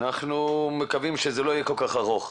אנחנו מקווים שזה לא יהיה כל כך ארוך.